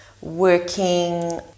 working